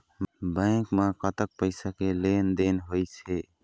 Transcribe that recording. Bank म कतक पैसा के लेन देन होइस हे?